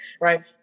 right